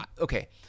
okay